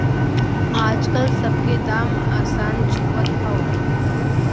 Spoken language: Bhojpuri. आजकल सब के दाम असमान छुअत हौ